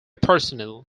personnel